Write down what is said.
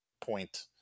point